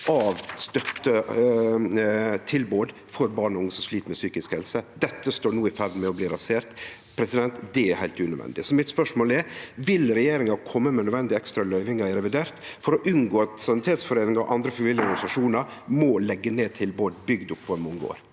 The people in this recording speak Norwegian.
støttetilbod for barn og unge som slit med psykisk helse. Dette står no i ferd med å bli rasert. Det er heilt unødvendig. Mitt spørsmål er: Vil regjeringa kome med nødvendige ekstra løyvingar i revidert for å unngå at sanitetsforeiningar og andre frivillige organisasjonar må leggje ned tilbod bygd opp over mange